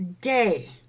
day